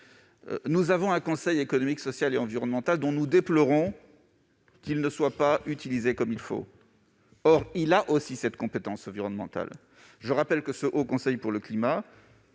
Nous avons un Conseil économique, social et environnemental dont nous déplorons qu'il ne soit pas utilisé comme il faut. Or il a aussi cette compétence environnementale. Eh oui ! Je rappelle que le Haut Conseil pour le climat